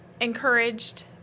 encouraged